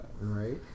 right